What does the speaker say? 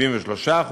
73%,